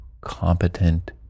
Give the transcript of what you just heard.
competent